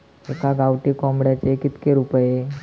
एका गावठी कोंबड्याचे कितके रुपये?